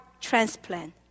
transplant